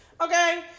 okay